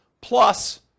plus